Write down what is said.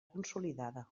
consolidada